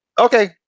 Okay